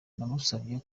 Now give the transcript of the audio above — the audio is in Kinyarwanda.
namusabye